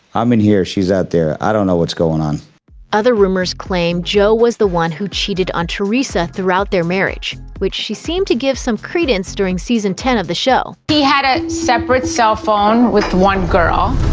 i'm in here, she's out there, i don't know what's going on other rumors claim joe was the one who cheated on teresa throughout their marriage, which she seemed to give some credence during season ten of the show. he had a separate cell phone with one girl.